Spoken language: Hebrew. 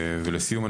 לסיום,